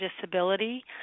disability